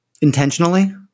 Intentionally